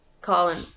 Colin